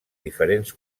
diferents